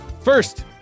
First